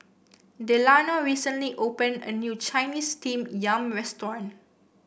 Delano recently opened a new Chinese Steamed Yam restaurant